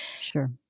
Sure